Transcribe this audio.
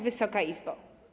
Wysoka Izbo!